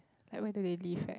like where do they live at